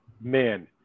man